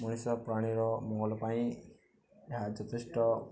ମଣିଷ ପ୍ରାଣୀର ମଙ୍ଗଲ ପାଇଁ ଏହା ଯଥେଷ୍ଟ